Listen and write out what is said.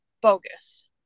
bogus